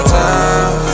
time